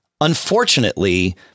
Unfortunately